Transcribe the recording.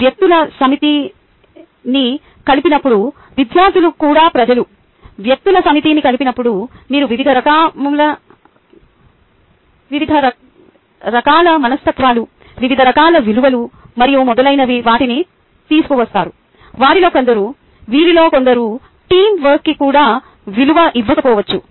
వ్యక్తుల సమితిని కలిపినప్పుడు విద్యార్థులు కూడా ప్రజలు వ్యక్తుల సమితిని కలిపినప్పుడు మీరు వివిధ రకాల మనస్తత్వాలు వివిధ రకాల విలువలు మరియు మొదలైనవాటిని తీసుకువస్తున్నారు వారిలో కొందరు వీరిలో కొందరు టీమ్ వర్క్కి కూడా విలువ ఇవ్వకపోవచ్చు